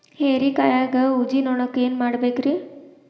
ಹೇರಿಕಾಯಾಗ ಊಜಿ ನೋಣಕ್ಕ ಏನ್ ಮಾಡಬೇಕ್ರೇ?